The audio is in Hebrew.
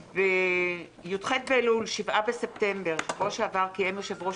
בשבוע שעבר, י"ח באלול 7 בספטמבר, קיים יושב-ראש